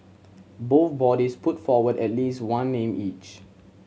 both bodies put forward at least one name each